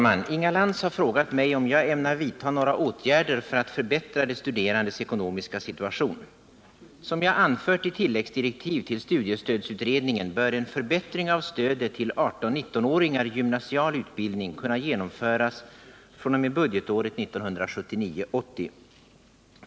Herr talman! Inga Lantz har frågat mig om jag ämnar vidta några åtgärder för att förbättra de studerandes ekonomiska situation. Som jag anfört i tilläggsdirektiv till studiestödsutredningen bör en förbättring av stödet till 18-19-åringar i gymnasial utbildning kunna genomföras fr.o.m. budgetåret 1979/80.